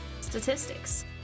statistics